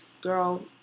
girl